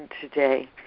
today